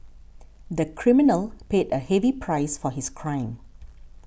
the criminal paid a heavy price for his crime